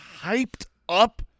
hyped-up